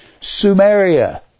Sumeria